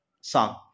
song